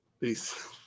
peace